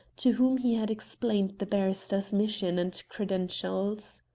to whom he had explained the barrister's mission and credentials.